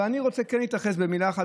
אבל אני כן רוצה להתייחס במילה אחת,